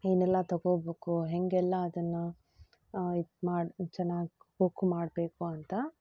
ಏನೆಲ್ಲ ತಗೋಬೇಕು ಹೇಗೆಲ್ಲ ಅದನ್ನು ಇದು ಮಾಡಿ ಚೆನ್ನಾಗಿ ಕುಕ್ ಮಾಡಬೇಕು ಅಂತ